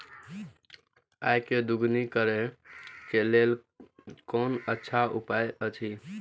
आय के दोगुणा करे के लेल कोन अच्छा उपाय अछि?